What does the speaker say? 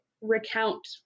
recount